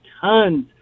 tons